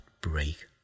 break